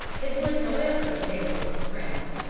it would, however, endanger his friend.